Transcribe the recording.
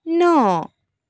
ন